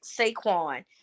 Saquon